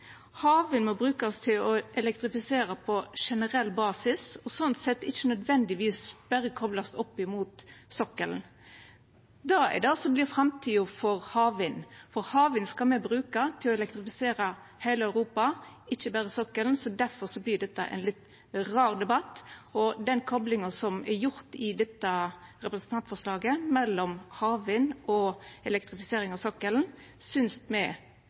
det som vert framtida for havvind, for havvind skal me bruka til å elektrifisera heile Europa, ikkje berre sokkelen. Så difor vert dette ein litt rar debatt, og den koplinga som er gjort i dette representantforslaget mellom havvind og elektrifisering av sokkelen, synest me ikkje er